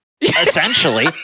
essentially